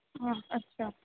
हां अच्छा